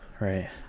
Right